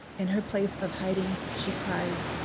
in her place of hiding she cries,